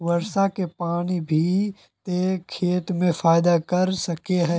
वर्षा के पानी भी ते खेत में फायदा कर सके है?